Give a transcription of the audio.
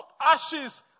ashes